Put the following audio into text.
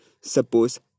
suppose